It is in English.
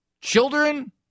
children